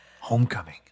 Homecoming